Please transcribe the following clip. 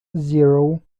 zero